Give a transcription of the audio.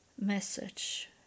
message